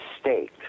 state